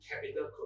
capital